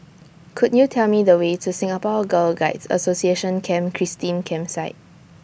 Could YOU Tell Me The Way to Singapore Girl Guides Association Camp Christine Campsite